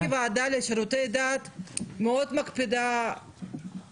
ואני כוועדה לשירותי דת מאוד מקפידה לראות את הדברים.